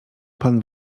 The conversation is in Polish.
pan